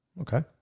okay